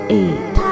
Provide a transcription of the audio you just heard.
eight